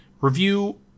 review